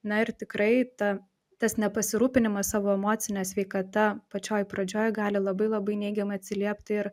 na ir tikrai ta tas nepasirūpinimas savo emocine sveikata pačioj pradžioj gali labai labai neigiamai atsiliepti ir